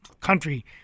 country